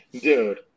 Dude